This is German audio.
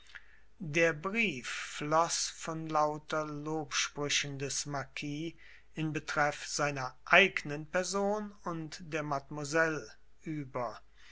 der brief floß von lauter lobsprüchen des marquis in betreff seiner eignen person und der mademoiselle über